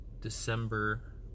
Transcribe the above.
December